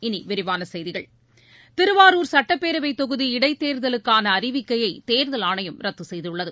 இனி விரிவான செய்திகள் திருவாரூர் சட்டப்பேரவைத் தொகுதி இடைத்தேர்தலுக்கான அறிவிக்கையை தேர்தல் ஆணையம் ரத்து செய்துள்ளது